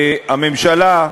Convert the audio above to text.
הממשלה,